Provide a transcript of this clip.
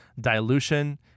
dilution